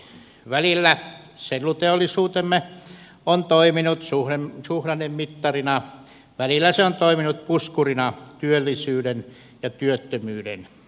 välillä selluteollisuutemme on toiminut suhdannemittarina välillä se on toiminut puskurina työllisyyden ja työttömyyden välissä